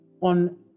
on